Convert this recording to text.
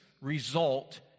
result